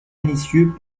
délicieux